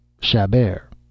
Chabert